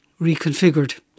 reconfigured